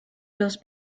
los